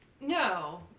no